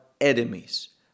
enemies